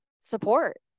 support